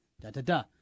da-da-da